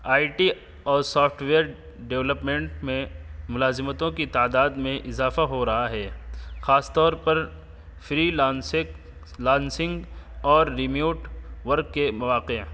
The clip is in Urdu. آئی ٹی اور سافٹ ویئر ڈیولپمنٹ میں ملازمتوں کی تعداد میں اضافہ ہو رہا ہے خاص طور پر فری لانسنگ لانسنگ اور ری میوٹ ورک کے مواقع